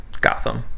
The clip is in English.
Gotham